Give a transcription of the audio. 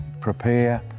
prepare